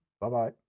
Bye-bye